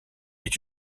est